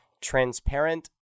transparent